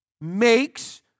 makes